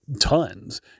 Tons